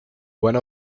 one